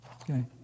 Okay